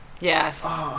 Yes